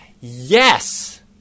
Yes